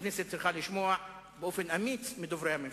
הכנסת צריכה לשמוע באופן אמיץ מדוברי הממשלה.